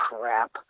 crap